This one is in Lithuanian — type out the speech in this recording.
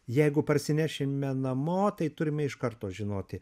jeigu parsinešime namo tai turime iš karto žinoti